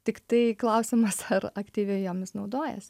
tiktai klausimas ar aktyviai jomis naudojasi